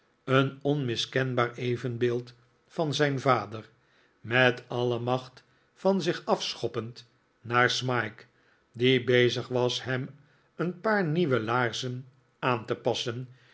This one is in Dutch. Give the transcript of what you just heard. een onmiskenbaar evenbeeld van zijn vader met alle macht van zich afschoppend naar smike die bezig was hem een paar nieuwe laarzen aan te passen